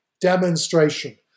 demonstration